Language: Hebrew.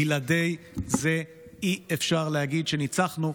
בלעדי זה אי-אפשר להגיד שניצחנו.